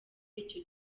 icyo